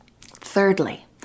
Thirdly